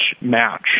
match